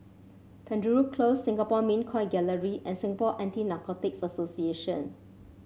Penjuru Close Singapore Mint Coin Gallery and Singapore Anti Narcotics Association